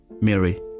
Mary